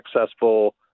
successful